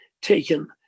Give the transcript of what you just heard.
taken